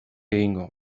egingo